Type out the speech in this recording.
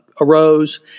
arose